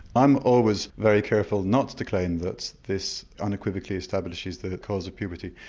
i'm always very careful not to claim that this unequivocally establishes the cause of puberty.